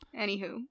anywho